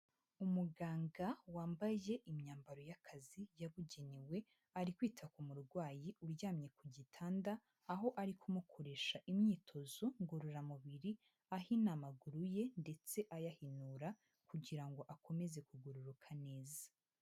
Umuganga wambaye imyambaro y'akazi yabugenewe ari kwita ku murwayi uryamye ku gitanda aho ari kumukoresha imyitozo ngororamubiri, ahina amaguru ye ndetse ayahinyura kugira ngo akomeze kugororoka neza.